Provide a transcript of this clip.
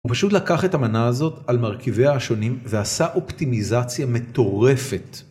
הוא פשוט לקח את המנה הזאת על מרכיביה השונים ועשה אופטימיזציה מטורפת.